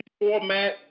format